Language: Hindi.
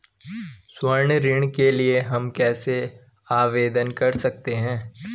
स्वर्ण ऋण के लिए हम कैसे आवेदन कर सकते हैं?